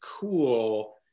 cool